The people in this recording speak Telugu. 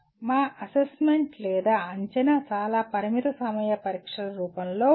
మా అసెస్మెంట్ లేదా అంచనా చాలా పరిమిత సమయ పరీక్షల రూపంలో ఉంటుంది